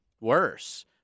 worse